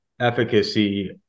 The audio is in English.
efficacy